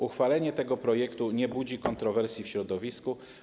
Uchwalenie tego projektu nie budzi kontrowersji w środowisku.